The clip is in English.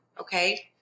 Okay